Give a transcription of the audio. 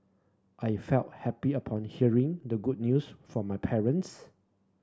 I felt happy upon hearing the good news from my parents